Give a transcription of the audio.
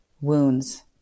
wounds